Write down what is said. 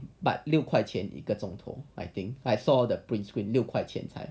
but 六块钱一个钟头 I think I saw the printsreen 六块钱才